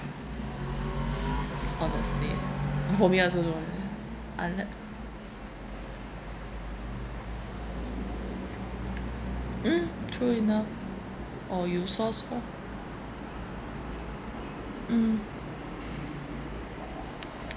honestly you call me also I don't want already unless mm true enough or you source orh mm